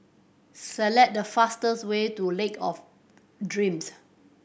select the fastest way to Lake of Dreams